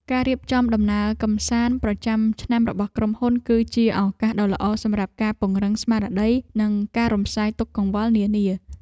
ការរៀបចំដំណើរកម្សាន្តប្រចាំឆ្នាំរបស់ក្រុមហ៊ុន គឺជាឱកាសដ៏ល្អសម្រាប់ការពង្រឹងស្មារតីនិងការរំសាយទុក្ខកង្វល់នានា។